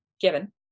given